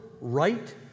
right